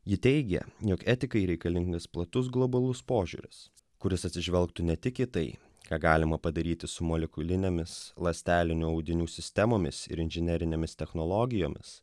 ji teigia jog etikai reikalingas platus globalus požiūris kuris atsižvelgtų ne tik į tai ką galima padaryti su molekulinėmis ląstelinių audinių sistemomis ir inžinerinėmis technologijomis